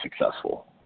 successful